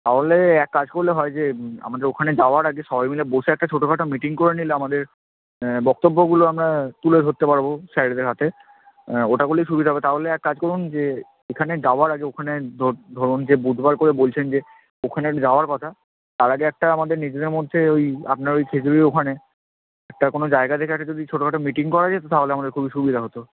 তাহলে এক কাজ করলে হয় যে আমাদের ওখানে যাওয়ার আগে সবাই মিলে বসে একটা ছোটোখাটো মিটিং করে নিলে আমাদের বক্তব্যগুলো আমরা তুলে ধরতে পারব স্যারেদের হাতে ওটা করলেই সুবিধা হবে তাহলে এক কাজ করুন যে এখানে যাওয়ার আগে ওখানে ধরুন যে বুধবার করে বলছেন যে ওখানের যাওয়ার কথা তার আগে একটা আমাদের নিজেদের মধ্যে ওই আপনার ওই খেজুরির ওখানে একটা কোনো জায়গা দেখে একটা যদি ছোটোখাটো মিটিং করা যেত তাহলে আমাদের খুবই সুবিধা হতো